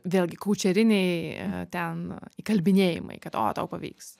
vėlgi koučeriniai ten įkalbinėjimai kad o tau pavyks